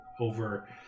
over